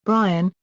brian,